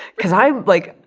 because i, like,